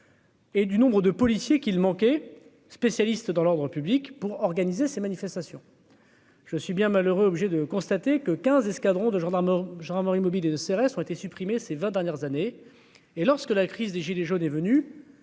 Et du nombre de policiers qu'il manquait spécialiste dans l'ordre public pour organiser ses manifestations. Je suis bien malheureux, obligé de constater que 15 escadrons de gendarmerie gendarmerie mobile et de CRS ont été supprimés ces 20 dernières années et lorsque la crise des gilets jaunes est venu